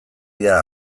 dira